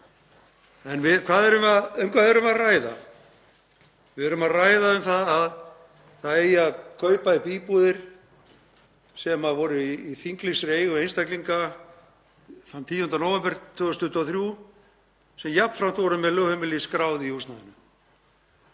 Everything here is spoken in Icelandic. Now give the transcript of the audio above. En um hvað erum við að ræða? Við erum að ræða um að það eigi að kaupa upp íbúðir sem voru í þinglýstri eigu einstaklinga þann 10. nóvember 2023 sem jafnframt voru með lögheimili skráð í húsnæðinu.